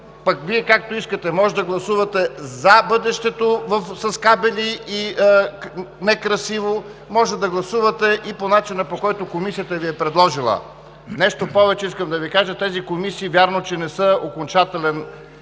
Вие както искате, може да гласувате „за“ бъдещето с кабели и некрасиво. Може да гласувате и по начина, по който Комисията Ви е предложила. Нещо повече искам да Ви кажа, тези комисии вярно, че не са окончателен